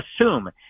assume